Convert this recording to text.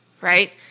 right